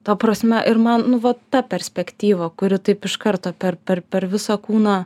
ta prasme ir man nu va ta perspektyva kuri taip iš karto per per per visą kūną